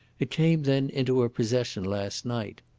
it came, then, into her possession last night.